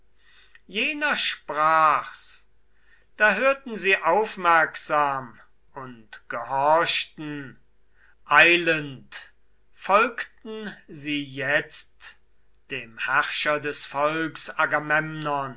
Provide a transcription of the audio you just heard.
jener sprach's da hörten sie aufmerksam und gehorchten eilend folgten sie jetzt dem herrscher des